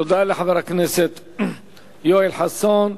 תודה לחבר הכנסת יואל חסון.